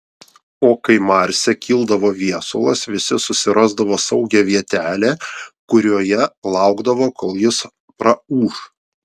o kai marse kildavo viesulas visi susirasdavo saugią vietelę kurioje laukdavo kol jis praūš